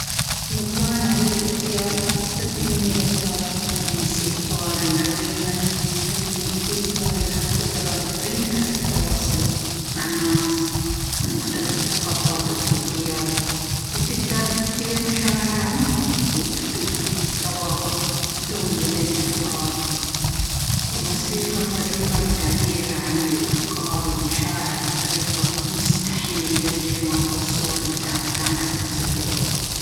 لو كان علي الاختيار، أعتقد أني بأختار أن أكون موسيقارًا عظيمًا. الموسيقى لها قدرة فريدة على التواصل مع الناس من مختلف الثقافات والخلفيات، وتقدر تثير مشاعر عميقة وتخلق روابط قوية بين الأفراد. والموسيقى طريقة للتعبير عن الأفكار والمشاعر بطريقة مستحيل للكلمات أو الصور أن تعبر عنها بنفس القوة.